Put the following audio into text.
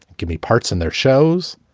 give me parts in their shows.